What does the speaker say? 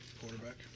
quarterback